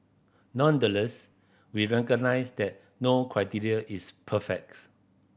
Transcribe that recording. nonetheless we recognise that no criterion is perfects